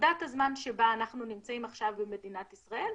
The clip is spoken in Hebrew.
בנקודת הזמן שבה אנחנו נמצאים עכשיו במדינת ישראל,